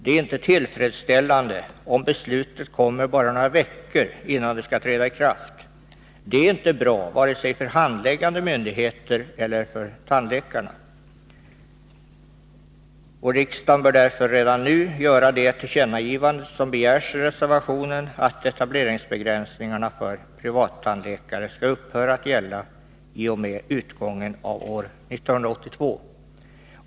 Det är inte tillfredsställande om beslutet kommer bara några veckor innan det skall träda i kraft. Det är inte bra vare sig för handläggande myndigheter eller för tandläkarna. Riksdagen bör därför redan nu göra det tillkännagivande som begärs i reservationen, nämligen att etableringsbegränsningarna för privattandläkare skall upphöra att gälla i och med utgången av år 1982.